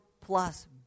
plus